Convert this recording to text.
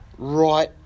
Right